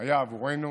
היה עבורנו